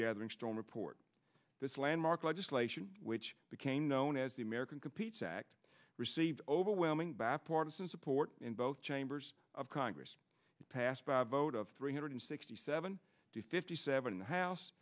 gathering storm report this landmark legislation which became known as the american competes act received overwhelming bipartisan support in both chambers of congress passed by vote of three hundred sixty seven to fifty seven in the house